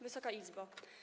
Wysoka Izbo!